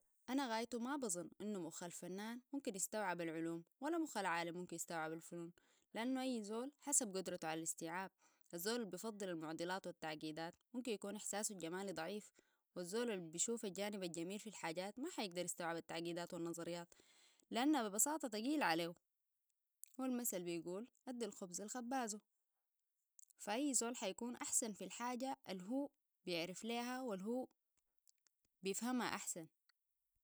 أنا غايتو ما بظن إنه مخ الفنان ممكن يستوعب العلوم ولا مخ العالم ممكن يستوعب الفنون لأنو أي زول حسب قدرته على الاستيعاب الزول الي بيفضل المعضلات والتعقيدات ممكن يكون إحساسو الجمالي ضعيف والزول اللي بيشوف الجانب الجميل في الحاجات ما حيقدر يستوعب التعقيدات والنظريات لأنه ببساطة تقيل عليه والمثل بيقول ادي الخبز لخبازه فأي زول حيكون أحسن في الحاجة الهو بيعرف لها والهو بيفهمها أحسن